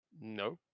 No